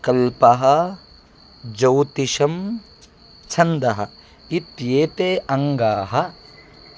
कल्पः ज्योतिषं छन्दः इत्येते अङ्गानि